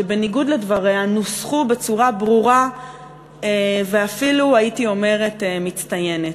שבניגוד לדבריה נוסחו בצורה ברורה ואפילו הייתי אומרת מצטיינת.